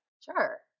Sure